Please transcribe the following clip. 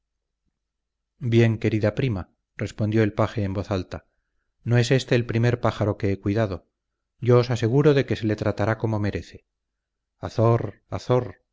bien querida prima respondió el paje en voz alta no es éste el primer pájaro que he cuidado yo os aseguro de que se le tratará como merece azor azor